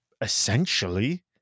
essentially